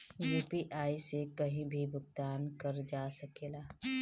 UPI से कहीं भी भुगतान कर जा सकेला?